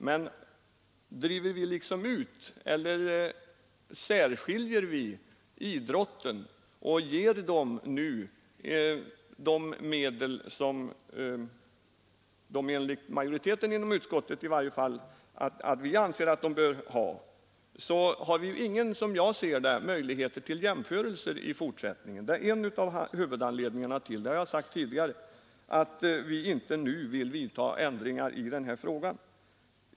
Men skiljer vi ut idrotten och ger den de medel som majoriteten inom utskottet anser att den bör ha har vi i fortsättningen ingen möjlighet att göra jämförelser. Det är en av huvudanledningarna till att vi inte nu vill vidta någon ändring.